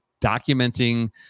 documenting